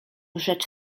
rzecz